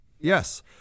Yes